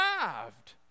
arrived